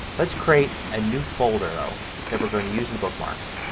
let's create a new folder though that we're going to use in bookmarks.